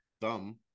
dumb